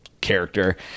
character